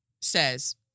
says